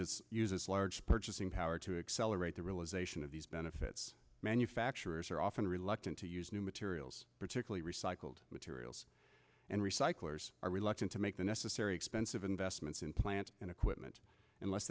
its use its large purchasing power to accelerate the realization of these benefits manufacturers are often reluctant to use new materials particularly recycled materials and recyclers are reluctant to make the necessary expensive investments in plant and equipment unless